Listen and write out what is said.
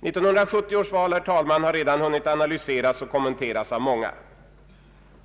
1970 års val, herr talman, har redan hunnit analyseras och kommenteras av många.